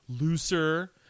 looser